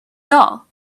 dull